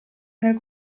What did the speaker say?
nel